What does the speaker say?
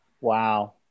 Wow